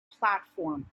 platform